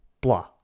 blah